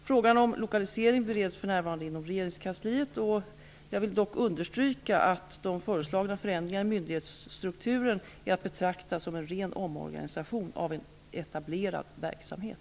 Frågan om lokalisering bereds för närvarande inom regeringskansliet. Jag vill dock understryka att de föreslagna förändringarna i myndighetsstrukturen är att betrakta som en ren omorganisation av en etablerad verksamhet.